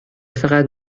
فقط